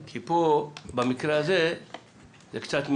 כי פה במקרה הזה זה קצת מזיק.